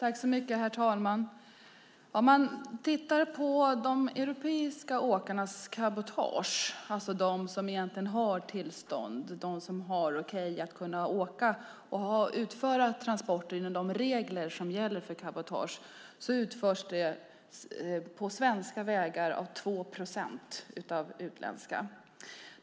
Herr talman! Om man tittar på de europeiska åkarnas cabotage, alltså de som egentligen har tillstånd och har fått okej att utföra transporter inom de regler som gäller för cabotage, ser man att det på svenska vägar är 2 procent som utförs av utländska.